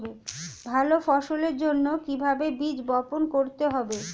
ভালো ফসলের জন্য কিভাবে বীজ বপন করতে হবে?